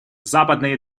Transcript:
западные